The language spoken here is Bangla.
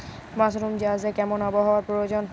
মাসরুম চাষে কেমন আবহাওয়ার প্রয়োজন?